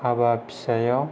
हाबा फिसायाव